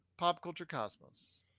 PopCultureCosmos